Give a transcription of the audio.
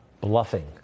Bluffing